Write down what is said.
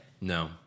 No